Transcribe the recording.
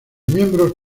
miembros